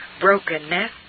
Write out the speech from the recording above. Brokenness